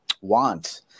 want